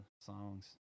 songs